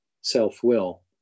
self-will